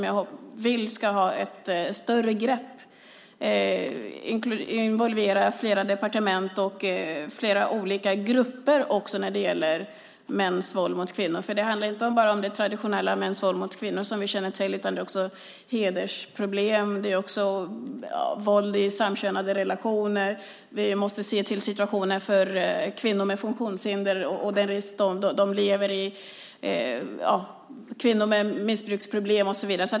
Jag vill att man ska ta ett större grepp, involvera flera departement och flera olika grupper också när det gäller mäns våld mot kvinnor. Det handlar inte bara om det traditionella mäns våld mot kvinnor, som vi känner till, utan det gäller också hedersproblem och våld i samkönade relationer. Vi måste se till situationen för kvinnor med funktionshinder och den risk de lever med. Det finns kvinnor med missbruksproblem, och så vidare.